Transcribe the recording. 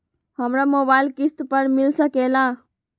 हमरा मोबाइल किस्त पर मिल सकेला?